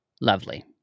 Lovely